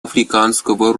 африканского